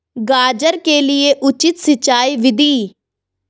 गाजर के लिए उचित सिंचाई विधि?